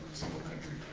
simple country